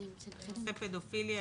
פדופיליה,